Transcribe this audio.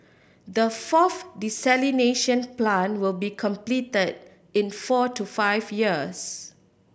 the fourth desalination plant will be completed in four to five years